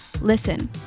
listen